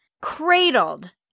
cradled